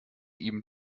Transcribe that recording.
ihm